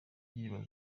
yibaza